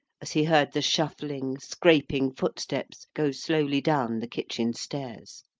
as he heard the shuffling, scraping footsteps go slowly down the kitchen-stairs.